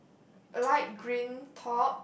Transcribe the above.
light green top